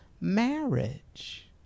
marriage